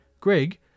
Greg